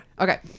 Okay